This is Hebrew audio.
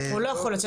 הוא לא יכול לצאת